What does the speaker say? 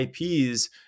IPs